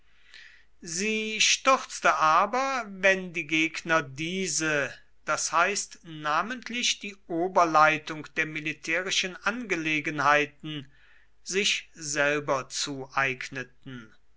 sie stürzte aber wenn die gegner diese daß heißt namentlich die oberleitung der militärischen angelegenheiten sich selber zueigneten